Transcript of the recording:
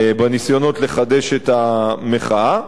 בניסיונות לחדש את המחאה.